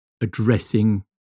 addressing